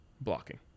Blocking